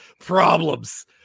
Problems